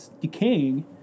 decaying